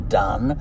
done